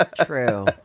True